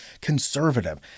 conservative